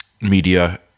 media